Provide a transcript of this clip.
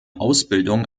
ausbildung